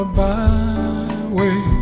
byway